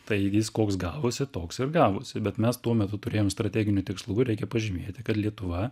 tai jis koks gavosi toks ir gavosi bet mes tuo metu turėjom strateginių tikslų reikia pažymėti kad lietuva